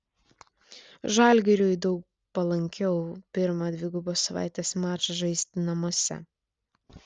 žalgiriui daug palankiau pirmą dvigubos savaitės mačą žaisti namuose